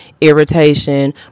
irritation